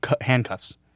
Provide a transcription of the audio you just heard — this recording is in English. handcuffs